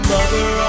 Mother